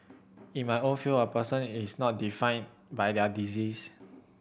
in my own field a person is not defined by their disease